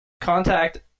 contact